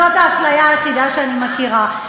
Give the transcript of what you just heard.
זאת האפליה היחידה שאני מכירה.